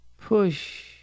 push